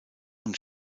und